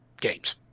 games